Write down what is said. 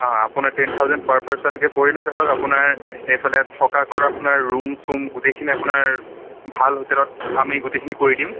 অ' আপোনাৰ ten thousand per পাৰ্চনকৈ পৰিলে ধৰক আপোনাৰ এইফালে থকা কৰা আপোনাৰ ৰুম চুম গোটেইখিনি আপোনাৰ ভাল হোটেলত আমি গোটেইখিনি কৰি দিম